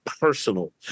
personal